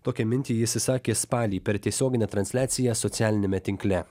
tokią mintį jis išsakė spalį per tiesioginę transliaciją socialiniame tinkle